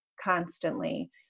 constantly